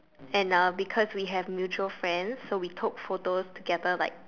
and uh because we have mutual friends so we took photos together like